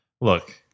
Look